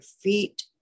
feet